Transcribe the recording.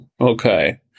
Okay